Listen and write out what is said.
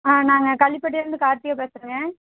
ஆ நாங்கள் கள்ளிப்பட்டிலேருந்து காரத்திகா பேசுறேங்க